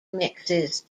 mixes